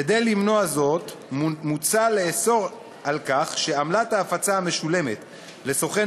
כדי למנוע זאת מוצע לאסור על כך שעמלת ההפצה המשולמת לסוכן